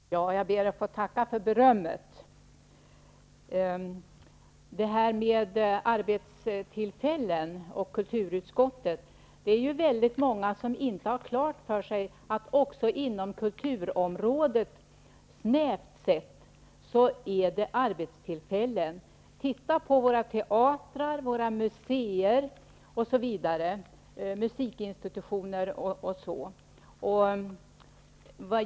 Herr talman! Jag ber att få tacka för berömmet. När det gäller frågan om arbetstillfällen och kulturutskottet är det många som inte har klart för sig att det även inom kulturområdet, snävt sett, finns arbetstillfällen. Se på våra teatrar, museer, musikinstitutioner m.m.